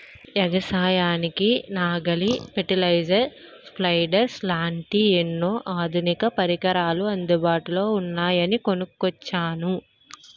ఎగసాయానికి నాగలి, fertilizer, spreaders లాంటి ఎన్నో ఆధునిక పరికరాలు అందుబాటులో ఉన్నాయని కొనుక్కొచ్చాను